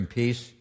peace